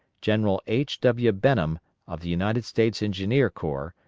general h. w. benham of the united states engineer corps,